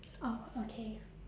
oh okay